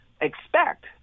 expect